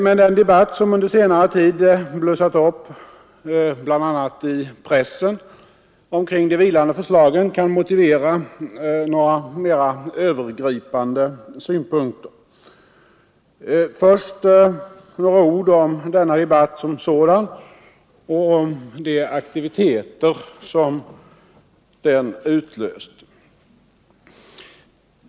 Men den debatt som under senare tid blossat upp i bl.a. pressen omkring de vilande förslagen kan motivera några mera övergripande synpunkter. Först några ord om denna debatt som sådan och om de aktiviteter som den utlöst.